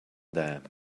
them